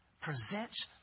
Present